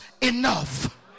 enough